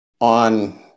on